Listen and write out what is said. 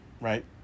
right